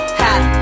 hat